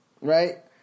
right